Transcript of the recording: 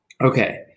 okay